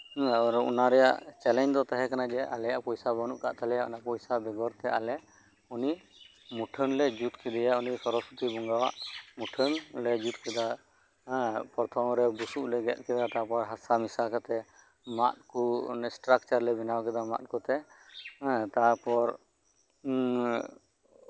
ᱟᱨ ᱚᱱᱟᱨᱮᱭᱟᱜ ᱪᱮᱞᱮᱧᱡᱽ ᱫᱚ ᱛᱟᱦᱮᱸ ᱠᱟᱱᱟ ᱡᱮᱸ ᱟᱞᱮᱭᱟᱜ ᱯᱚᱭᱥᱟ ᱵᱟᱹᱱᱩᱜ ᱠᱟᱫ ᱛᱟᱞᱮᱭᱟ ᱚᱱᱟ ᱯᱚᱭᱥᱟ ᱵᱮᱜᱚᱨᱛᱮ ᱟᱞᱮ ᱩᱱᱤ ᱢᱩᱴᱷᱟᱹᱱᱞᱮ ᱡᱩᱛ ᱠᱮᱫᱮᱭᱟ ᱩᱱᱤ ᱥᱚᱨᱚᱥᱚᱛᱤ ᱵᱚᱸᱜᱟᱣᱟᱜ ᱢᱩᱴᱷᱟᱹᱱᱞᱮ ᱡᱩᱛ ᱠᱮᱫᱟ ᱦᱮᱸ ᱯᱨᱚᱛᱷᱚᱢᱨᱮ ᱵᱩᱥᱩᱵ ᱞᱮ ᱜᱮᱫ ᱠᱮᱫᱟ ᱛᱟᱨᱯᱚᱨᱮ ᱦᱟᱥᱟ ᱢᱮᱥᱟ ᱠᱟᱛᱮᱫ ᱢᱟᱫ ᱠᱚ ᱥᱴᱨᱟᱠᱪᱟᱨ ᱞᱮ ᱵᱮᱱᱟᱣ ᱠᱮᱫᱟ ᱢᱟᱫ ᱠᱚᱛᱮ ᱛᱟᱨᱯᱚᱨ ᱮᱫ